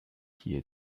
here